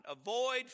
Avoid